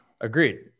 Agreed